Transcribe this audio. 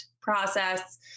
process